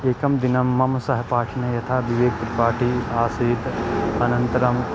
एकं दिनं मम सहपाठिनः यथा द्विवेदपाठी आसीत् अनन्तरम्